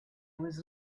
was